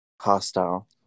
hostile